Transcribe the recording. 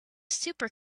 super